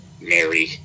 Mary